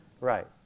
Right